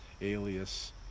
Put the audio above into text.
alias